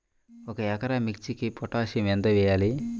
ఒక ఎకరా మిర్చీకి పొటాషియం ఎంత వెయ్యాలి?